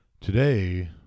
Today